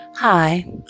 Hi